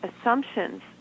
assumptions